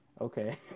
Okay